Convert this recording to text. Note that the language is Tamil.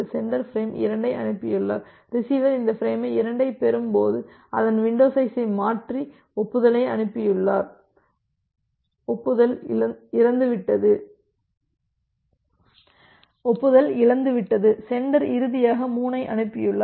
சென்டர் பிரேம் 2 ஐ அனுப்பினார் ரிசீவர் இந்த ஃபிரேம் 2 ஐ பெறும் போது அதன் வின்டோ சைஸை மாற்றி ஒப்புதலை அனுப்பியுள்ளார் ஒப்புதல் இழந்துவிட்டது சென்டர் இறுதியாக 3 ஐ அனுப்பியுள்ளார்